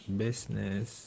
business